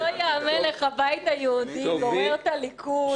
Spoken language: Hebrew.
לא ייאמן איך הבית היהודי גורר את הליכוד,